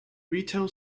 retail